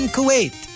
Kuwait